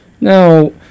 Now